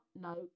No